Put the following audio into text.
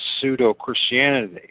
pseudo-Christianity